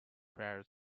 prior